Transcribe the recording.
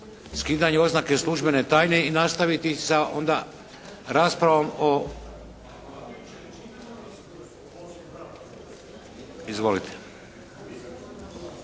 skidanje oznake "službene tajne" i nastaviti sa onda raspravom o… Izvolite.